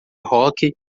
hóquei